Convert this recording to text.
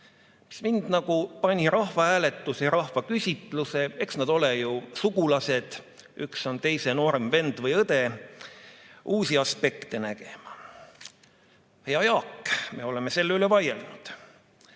mis mind nagu pani rahvahääletuse ja rahvaküsitluse puhul – eks nad ole ju sugulased, üks on teise noorem vend või õde – uusi aspekte nägema. Hea Jaak, me oleme selle üle vaielnud.